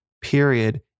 period